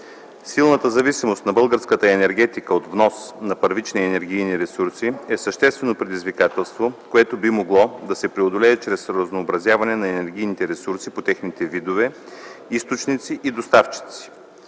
Силната зависимост на българската енергетика от внос на първични енергийни ресурси е съществено предизвикателство, което би могло да се преодолее чрез разнообразяване на енергийните ресурси по техните видове, източници и доставчици.